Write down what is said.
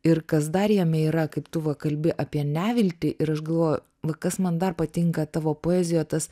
ir kas dar jame yra kaip tu va kalbi apie neviltį ir aš galvoju va kas man dar patinka tavo poezijoje tas